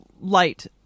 light